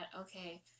okay